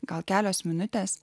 gal kelios minutes